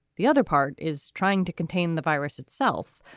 the other part is trying to contain the virus itself.